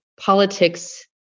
politics